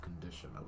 condition